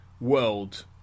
world